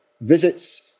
visits